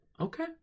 Okay